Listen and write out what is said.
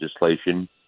legislation